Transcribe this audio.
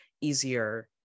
easier